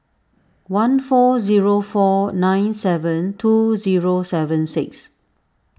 one four zero four nine seven two zero seven six